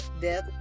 death